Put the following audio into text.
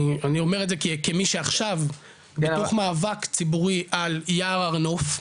אני אומר את זה כמי שעכשיו מתוך מאבק ציבורי על יער הר נוף,